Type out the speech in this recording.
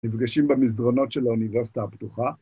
‫נפגשים במסדרונות ‫של האוניברסיטה הפתוחה.